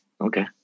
Okay